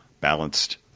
balanced